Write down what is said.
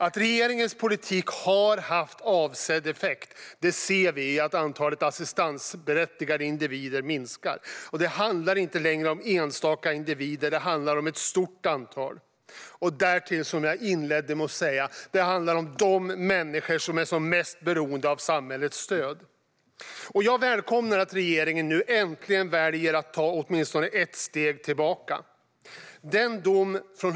Att regeringens politik har haft avsedd effekt ser vi i att antalet assistansberättigade individer minskar. Det handlar inte längre om enstaka individer, utan det handlar om ett stort antal. Därtill handlar det, som jag inledde med att säga, om de människor som är mest beroende av samhällets stöd. Jag välkomnar att regeringen nu äntligen väljer att ta åtminstone ett steg tillbaka.